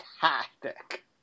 fantastic